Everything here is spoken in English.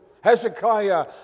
Hezekiah